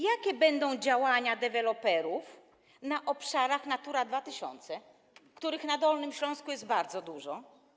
Jakie będą działania deweloperów na obszarach Natura 2000, których na Dolnym Śląsku jest bardzo dużo?